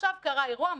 עכשיו קרה אירוע,